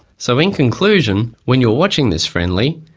so in conclusion, when you're watching this friendly,